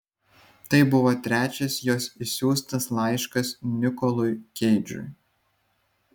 tai buvo trečias jos išsiųstas laiškas nikolui keidžui